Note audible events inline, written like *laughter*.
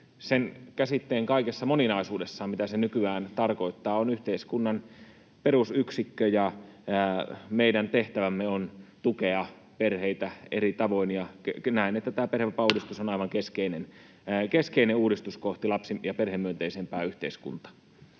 sen käsitteen kaikessa moninaisuudessa, mitä se nykyään tarkoittaa, on yhteiskunnan perusyksikkö, ja meidän tehtävämme on tukea perheitä eri tavoin. Näen, että tämä perhevapaauudistus *noise* on aivan keskeinen uudistus kohti lapsi- ja perhemyönteisempää yhteiskuntaa.